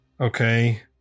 Okay